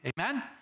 Amen